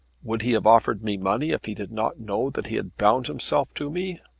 would he have offered me money if he did not know that he had bound himself to me?